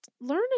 learn